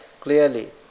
clearly